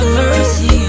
mercy